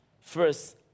First